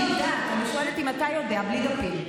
אני יודעת, אני שואלת אם אתה יודע, בלי דפים.